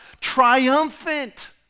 triumphant